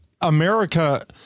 America